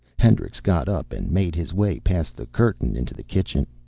hendricks got up and made his way past the curtain, into the kitchen.